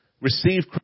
receive